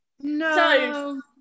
No